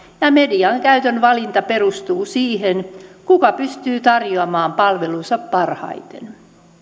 ja median käytön valinta perustuu siihen kuka pystyy tarjoamaan palvelunsa parhaiten